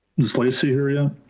is lacey here yeah